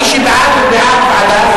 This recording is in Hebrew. מי שבעד הוא בעד ועדה,